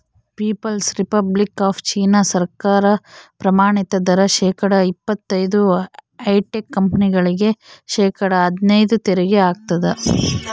people's Republic of China ಸರ್ಕಾರ ಪ್ರಮಾಣಿತ ದರ ಶೇಕಡಾ ಇಪ್ಪತೈದು ಹೈಟೆಕ್ ಕಂಪನಿಗಳಿಗೆ ಶೇಕಡಾ ಹದ್ನೈದು ತೆರಿಗೆ ಹಾಕ್ತದ